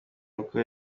n’uko